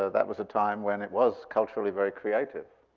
ah that was a time when it was culturally very creative.